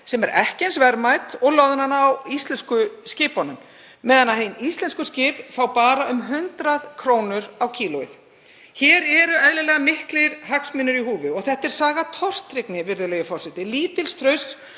sem er ekki eins verðmæt og loðnan á íslensku skipunum meðan íslensk skip fá bara um 100 kr. á kílóið. Hér eru eðlilega miklir hagsmunir í húfi. Þetta er saga tortryggni, virðulegi forseti, lítils trausts